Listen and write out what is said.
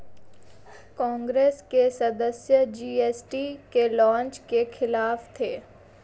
कांग्रेस के सदस्य जी.एस.टी के लॉन्च के खिलाफ थे